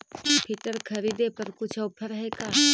Filter खरिदे पर कुछ औफर है का?